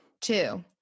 Two